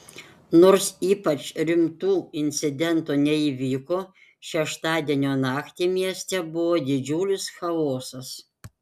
nors ypač rimtų incidentų neįvyko šeštadienio naktį mieste buvo didžiulis chaosas